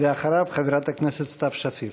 אחריו, חברת הכנסת סתיו שפיר.